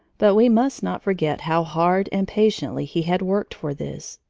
but we must not forget how hard and patiently he had worked for this.